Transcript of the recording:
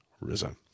risen